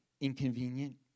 inconvenient